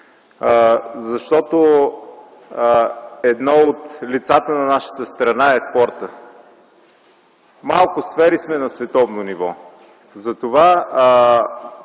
спорта. Едно от лицата на нашата страна е спортът. В малко сфери сме на световно ниво, затова